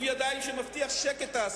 שלא יכול על עופר עיני.